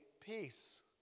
peace